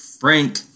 Frank